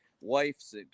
wife's